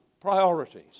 priorities